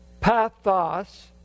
pathos